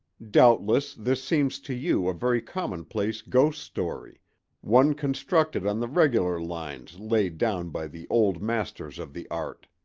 doubtless this seems to you a very commonplace ghost story' one constructed on the regular lines laid down by the old masters of the art.